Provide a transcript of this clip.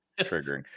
triggering